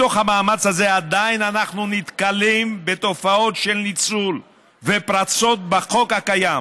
בתוך המאמץ הזה עדיין אנחנו נתקלים בתופעות של ניצול ופרצות בחוק הקיים,